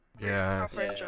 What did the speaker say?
Yes